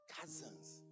cousins